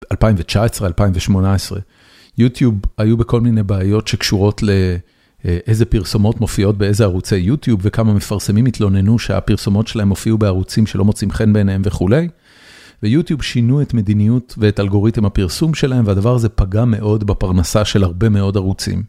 2019, 2018, יוטיוב היו בכל מיני בעיות שקשורות לאיזה פרסומות מופיעות באיזה ערוצי יוטיוב, וכמה מפרסמים התלוננו שהפרסומות שלהם מופיעו בערוצים שלא מוצאים חן ביניהם וכולי, ויוטיוב שינו את מדיניות ואת אלגוריתם הפרסום שלהם, והדבר הזה פגע מאוד בפרנסה של הרבה מאוד ערוצים.